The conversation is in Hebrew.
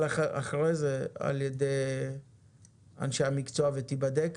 אחרי זה על ידי אנשי המקצוע ותיבדק,